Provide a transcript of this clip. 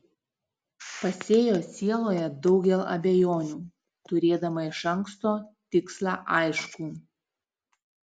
pasėjo sieloje daugel abejonių turėdama iš anksto tikslą aiškų